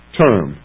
term